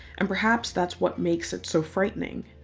and perhaps that's what makes it so frightening.